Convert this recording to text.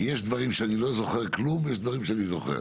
יש דברים שאני לא זוכר כלום, יש דברים שאני זוכר.